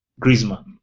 Griezmann